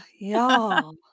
Y'all